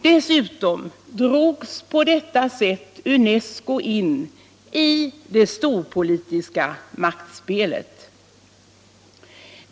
Dessutom drogs på detta sätt UNESCO in i det storpolitiska maktspelet.